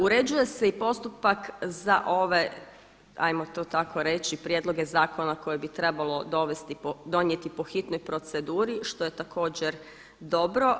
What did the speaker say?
Uređuje se i postupak za ove, 'ajmo to tako reći prijedloge zakona koje bi trebalo donijeti po hitnoj proceduri što je također dobro.